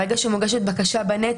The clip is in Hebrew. ברגע שמוגשת בקשה ב-נט,